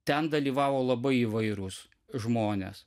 ten dalyvavo labai įvairūs žmonės